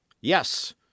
Yes